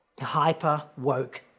hyper-woke